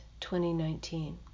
2019